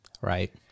right